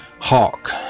hawk